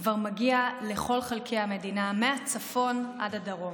כבר מגיע לכל חלקי המדינה, מהצפון ועד הדרום.